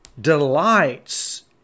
delights